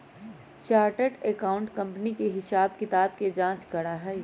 chartered accountant company के हिसाब किताब के जाँच करा हई